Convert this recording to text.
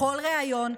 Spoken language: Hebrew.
בכל ריאיון,